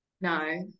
No